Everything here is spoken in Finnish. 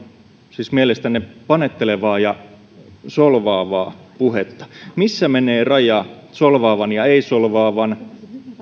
siis mielestänne panettelevaa ja solvaavaa puhetta missä menee raja solvaavan ja ei solvaavan